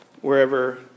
wherever